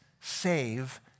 save